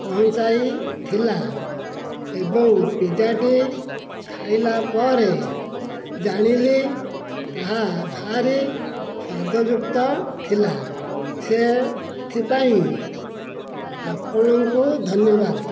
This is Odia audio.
ପହଞ୍ଚାଇଥିଲା ଏବଂ ପିଜ୍ଜାଟି ଖାଇଲା ପରେ ଜାଣିଲି ତାହା ଭାରି ସ୍ୱାଦଯୁକ୍ତ ଥିଲା ସେଥିପାଇଁ ଆପଣଙ୍କୁ ଧନ୍ୟବାଦ